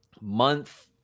month